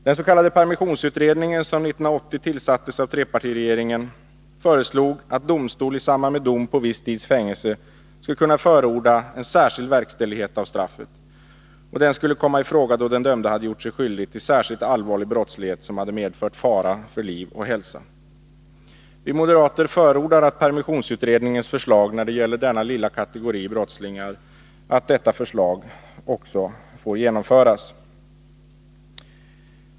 Den s.k. permissionsutredningen, som tillsattes av trepartiregeringen 1980, föreslog att domstol i samband med dom på viss tids fängelse skulle kunna förorda en särskild verkställighet av straffet. Den skulle komma i fråga då den dömde hade gjort sig skyldig till särskilt allvarlig brottslighet, som hade medfört fara för liv och hälsa. Vi moderater förordar att permissionsutredningens förslag när det gäller denna lilla kategori brottslingar får genomföras.